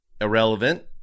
irrelevant